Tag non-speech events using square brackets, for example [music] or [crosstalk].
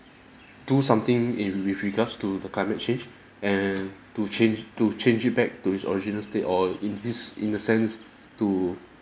do something in with regards to the climate change [breath] and to change to change it back to its original state or in this in a sense to